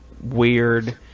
weird